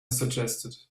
suggested